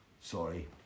Sorry